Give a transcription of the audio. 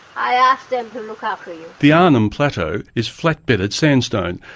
i ask them to look after you. the arnhem plateau is flat bedded sandstone,